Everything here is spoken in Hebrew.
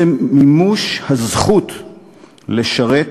ומימוש הזכות לשרת